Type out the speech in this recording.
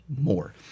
more